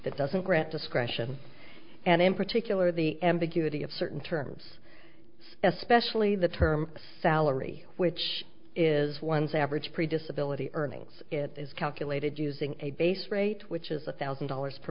that doesn't grant discretion and in particular the m b guity of certain terms especially the term salary which is one's average previous ability earnings it is calculated using a base rate which is a thousand dollars per